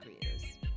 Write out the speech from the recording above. creators